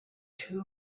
too